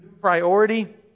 priority